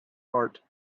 heart